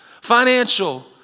financial